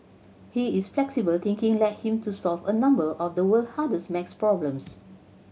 he is flexible thinking led him to solve a number of the world hardest maths problems